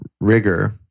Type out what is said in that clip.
rigor